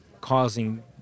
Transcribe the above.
causing